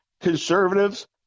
conservatives